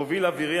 מוביל אווירי,